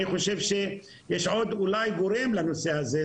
אני חושב שאולי יש עוד גורם לנושא הזה,